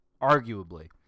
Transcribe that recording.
arguably